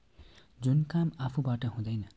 जुन काम आफूबाट हुँदैन